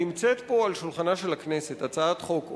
נמצאת פה על שולחנה של הכנסת הצעת חוק,